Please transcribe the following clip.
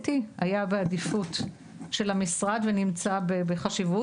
היה בעדיפות של המשרד ונמצא בחשיבות,